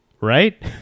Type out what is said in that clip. right